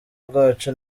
bwacu